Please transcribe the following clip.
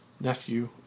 Nephew